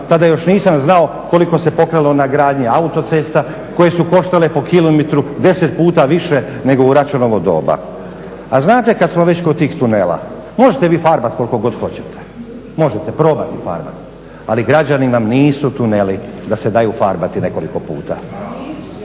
tada još nisam znao koliko se pokralo na gradnji autocesta koje su koštale po km 10 puta više nego u Račanovo doba. A znate kad smo već kod tih tunela, možete vi farbat koliko god hoćete, možete probati farbati ali građani vam nisu tuneli da se daju farbati nekoliko puta.